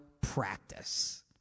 practice